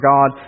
God